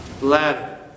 ladder